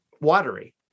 watery